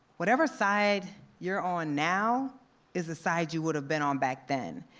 whatever side you're on now is the side you would have been on back then.